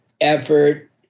effort